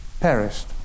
perished